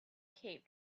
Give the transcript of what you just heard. cape